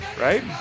Right